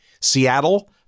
Seattle